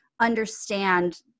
understand